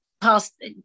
past